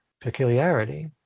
peculiarity